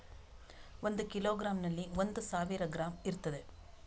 ಒಂದು ಕಿಲೋಗ್ರಾಂನಲ್ಲಿ ಒಂದು ಸಾವಿರ ಗ್ರಾಂ ಇರ್ತದೆ